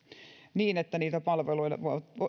niitä palveluita